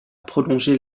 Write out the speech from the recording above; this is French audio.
prolonger